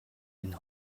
энэ